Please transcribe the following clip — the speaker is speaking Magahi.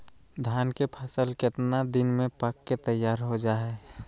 धान के फसल कितना दिन में पक के तैयार हो जा हाय?